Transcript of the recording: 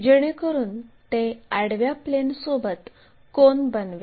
जेणेकरून ते आडव्या प्लेनसोबत कोन बनवेल